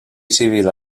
civil